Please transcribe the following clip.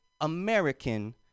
American